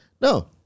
No